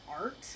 art